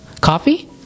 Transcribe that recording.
Coffee